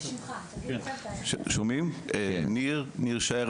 ניר שער,